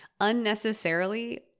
unnecessarily